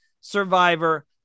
Survivor